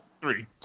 Three